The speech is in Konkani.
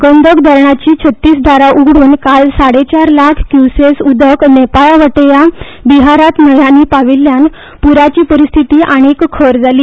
गंदक धरणाची छत्तीस दारां उघडून काल साडे चार लाख क्युसेस उदक नेपाळावटेयां बिहारात न्हयानी पाविल्ल्यान पुराची परिस्थिती आनीक खंर जाली